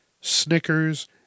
Snickers